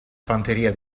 fanteria